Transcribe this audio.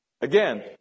Again